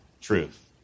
truth